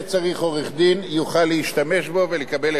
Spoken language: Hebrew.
יוכל להשתמש בו ולקבל החזר על שכר הטרחה.